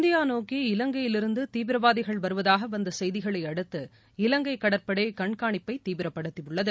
India நோக்கி இலங்கையில் இருந்து தீவிரவாதிகள் வருவதாக வந்த செய்திகளை அடுத்து இலங்கை கடற்படை கண்காணிப்பை தீவிரபடுத்தியுள்ளது